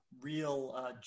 real